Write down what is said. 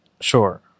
Sure